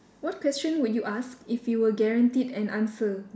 what question would you ask if you were guaranteed an answer